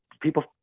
people